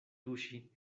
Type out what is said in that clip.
tuŝi